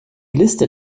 liste